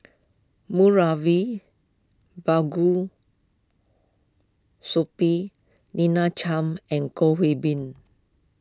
Moulavi Sahib Lina Chiam and Goh Bin